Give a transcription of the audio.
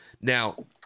Now